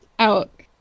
Out